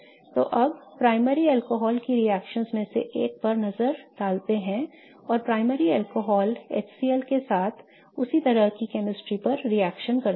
तो अब हम प्राइमरी अल्कोहल की रिएक्शनओं में से एक पर नज़र डालते हैं और प्राइमरी अल्कोहल HCl के साथ उसी तरह की chemistry पर रिएक्शन करते हैं